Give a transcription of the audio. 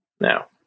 Now